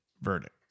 Verdict